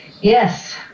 yes